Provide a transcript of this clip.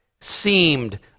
seemed